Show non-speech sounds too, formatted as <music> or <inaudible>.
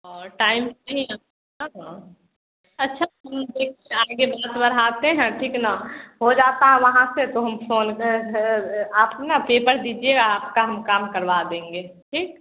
और टाइम पर <unintelligible> अच्छा ठीक है हम <unintelligible> बढ़ाते हैं ठीक ना हो जाता वहाँ से तो हम फोन पर <unintelligible> आप ना पेपर दीजिएगा आपका हम काम करवा देंगे ठीक